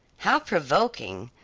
how provoking!